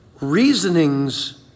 reasonings